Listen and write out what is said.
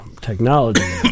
technology